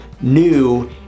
new